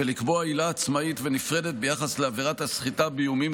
ולקבוע עילה עצמאית ונפרדת ביחס לעבירת הסחיטה באיומים